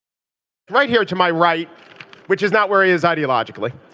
right here to my right which is not where he is ideologically.